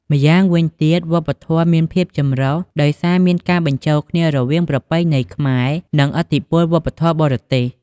ម្យ៉ាងវិញទៀត វប្បធម៌មានភាពចម្រុះ ដោយសារមានការបញ្ចូលគ្នារវាងប្រពៃណីខ្មែរ និងឥទ្ធិពលវប្បធម៌បរទេស។